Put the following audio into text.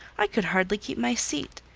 i could hardly keep my seat.